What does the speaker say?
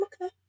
okay